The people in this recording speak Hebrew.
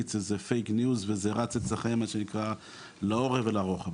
מפיץ איזה פייק ניוז וזה רץ אצלכם לאורך ולרוחב.